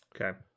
Okay